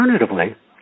Alternatively